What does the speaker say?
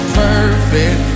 perfect